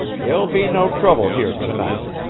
there'll be no trouble here to-night.